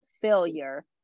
failure